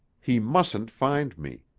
he mustn't find me.